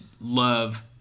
love